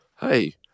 Hey